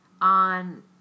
On